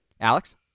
Alex